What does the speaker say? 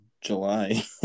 July